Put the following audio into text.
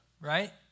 right